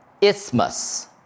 Isthmus